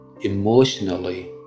emotionally